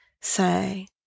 say